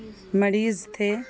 مریض تھے